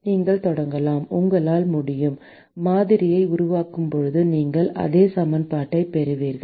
நீங்கள் தொடங்கலாம் உங்களால் முடியும் மாதிரியை உருவாக்கும்போது நீங்கள் அதே சமன்பாட்டைப் பெறுவீர்கள்